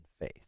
faith